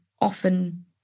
often